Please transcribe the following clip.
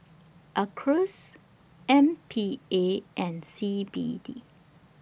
Acres M P A and C B D